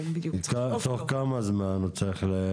תוך כמה זמן הוא צריך?